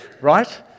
right